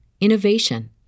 innovation